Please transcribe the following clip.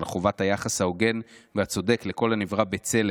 חובת היחס ההוגן והצודק לכל הנברא בצלם,